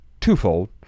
twofold